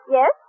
Yes